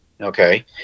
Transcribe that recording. okay